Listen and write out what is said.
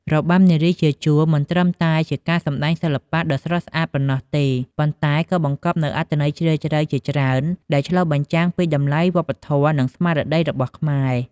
របាំនារីជាជួរ មិនត្រឹមតែជាការសម្តែងសិល្បៈដ៏ស្រស់ស្អាតប៉ុណ្ណោះទេ ប៉ុន្តែក៏បង្កប់នូវអត្ថន័យជ្រាលជ្រៅជាច្រើន ដែលឆ្លុះបញ្ចាំងពីតម្លៃវប្បធម៌ និងស្មារតីរបស់ខ្មែរ។